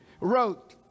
wrote